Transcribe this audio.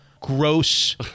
gross